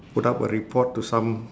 put up a report to some